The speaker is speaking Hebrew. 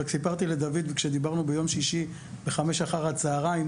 סיפרתי לדויד על שלושה מקרים כשדיברנו ביום שישי ב-17:00 אחר הצוהריים.